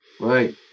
Right